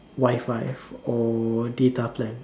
Wifi or data plan